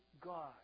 God